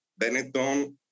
Benetton